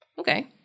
okay